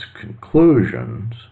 conclusions